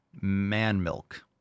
man-milk